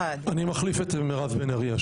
אני מחליף את מירב בן ארי.